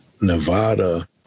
Nevada